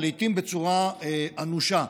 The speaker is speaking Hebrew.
לעיתים בצורה אנושה.